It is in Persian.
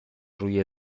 روی